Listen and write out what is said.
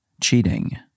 cheating